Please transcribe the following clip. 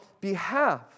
behalf